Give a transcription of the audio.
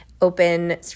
open